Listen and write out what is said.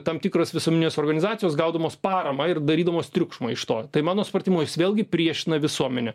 tam tikros visuomeninės organizacijos gaudamos paramą ir darydamos triukšmą iš to tai mano supratimu jis vėlgi priešina visuomenę